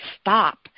stop